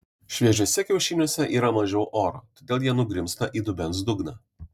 šviežiuose kiaušiniuose yra mažiau oro todėl jie nugrimzta į dubens dugną